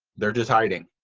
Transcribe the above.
they're just hiding.